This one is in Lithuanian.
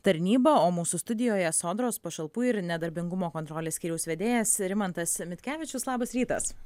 tarnybą o mūsų studijoje sodros pašalpų ir nedarbingumo kontrolės skyriaus vedėjas rimantas mitkevičius labas rytas